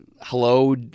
hello